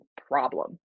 problem